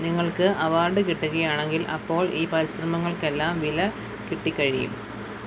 നിങ്ങൾക്ക് അവാർഡ് കിട്ടുകയാണെങ്കിൽ അപ്പോൾ ഈ പരിശ്രമങ്ങൾക്കെല്ലാം വില കിട്ടി കഴിയും